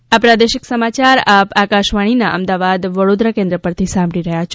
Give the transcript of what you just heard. corona સંદેશ આ પ્રાદેશિક સમાયાર આપ આકશવાણીના અમદાવાદ વડોદરા કેન્દ્ર પરથી સાંભળી રહ્યા છે